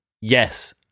Yes